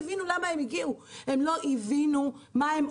הם לא הבינו למה הם הגיעו,